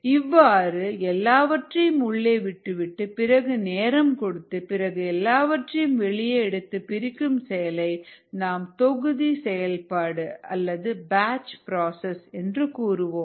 இவ்வாறு எல்லாவற்றையும் உள்ளே விட்டுவிட்டு பிறகு நேரம் கொடுத்து பிறகு எல்லாவற்றையும் வெளியே எடுத்து பிரிக்கும் செயலை நாம் தொகுதி செயல்பாடு அல்லது பேட்ச் ப்ராசஸ் என்று கூறுவோம்